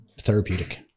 therapeutic